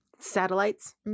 satellites